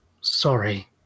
sorry